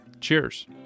Cheers